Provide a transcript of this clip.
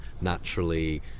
naturally